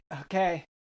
Okay